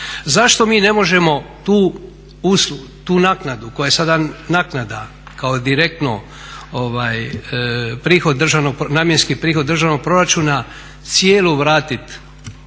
Zašto mi ne možemo tu uslugu, tu naknadu koja je sada naknada kao direktno prihod, namjenski prihod državnog proračuna cijelu vratiti